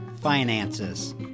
finances